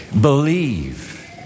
Believe